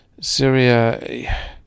Syria